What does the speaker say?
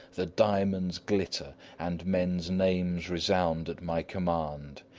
the diamonds glitter, and men's names resound at my command.